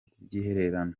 kubyihererana